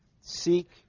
Seek